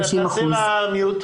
צריך את כל התנאים הסוציאליים להפקיד.